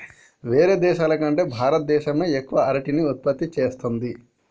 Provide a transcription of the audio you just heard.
వేరే దేశాల కంటే భారత దేశమే ఎక్కువ అరటిని ఉత్పత్తి చేస్తంది